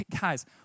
Guys